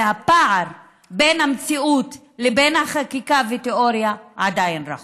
והפער בין המציאות לבין החקיקה והתיאוריה עדיין רחוק.